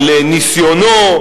על ניסיונו,